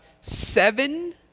seven